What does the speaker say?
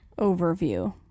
overview